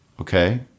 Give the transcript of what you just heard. Okay